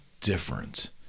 different